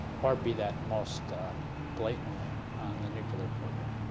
or be that most blatantly on the nuclear program.